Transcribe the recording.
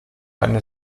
eine